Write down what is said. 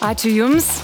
ačiū jums